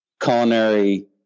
culinary